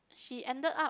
she ended up